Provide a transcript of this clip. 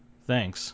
Thanks